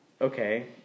okay